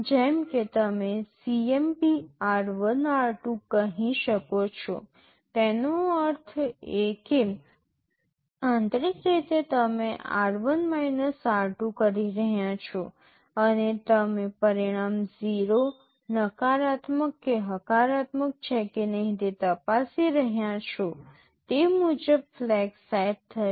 જેમ કે તમે CMP r1 r2 કહી શકો છો તેનો અર્થ એ કે આંતરિક રીતે તમે r1 r2 કરી રહ્યાં છો અને તમે પરિણામ 0 નકારાત્મક કે હકારાત્મક છે કે નહીં તે તપાસી રહ્યાં છો તે મુજબ ફ્લેગ સેટ થશે